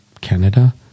Canada